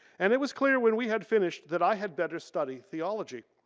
and it was clear when we had finished that i had better study theology.